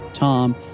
Tom